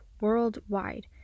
worldwide